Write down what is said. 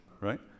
right